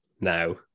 now